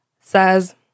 says